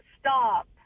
stop